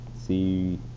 see